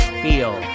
feel